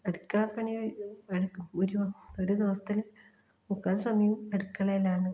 അടുക്കളപ്പണി എടുക്കും ഒരു ഒരു ദിവസത്തെ മുക്കാൽ സമയവും അടുക്കളയിലാണ്